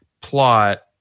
plot